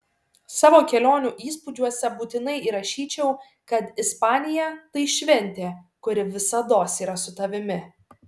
savo kelionių įspūdžiuose būtinai įrašyčiau kad ispanija tai šventė kuri visados yra su tavimi